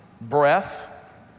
breath